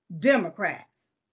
Democrats